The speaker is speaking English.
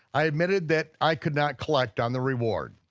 i admitted that i could not collect on the reward.